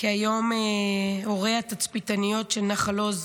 כי היום הורי התצפיתניות של נחל עוז